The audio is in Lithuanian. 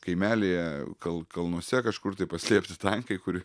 kaimelyje kal kalnuose kažkur tai paslėpti tankai kur